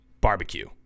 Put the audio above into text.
barbecue